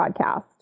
podcast